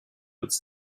its